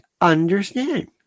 understand